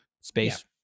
space